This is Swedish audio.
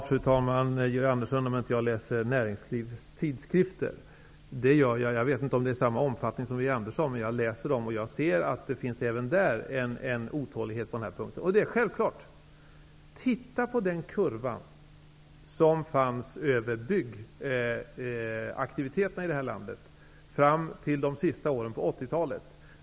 Fru talman! Georg Andersson undrar om jag inte läser näringslivets tidskrifter. Det gör jag. Jag vet inte om det sker i samma omfattning som är fallet med Georg Andersson, men jag ser att det även där finns en otålighet på den här punkten. Det är också självklart. Se bara på kurvan över byggaktiviteterna i vårt land fram till de senaste åren på 80-talet!